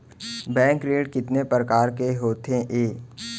Bank ऋण कितने परकार के होथे ए?